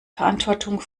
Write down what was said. verantwortung